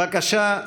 בבקשה,